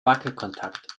wackelkontakt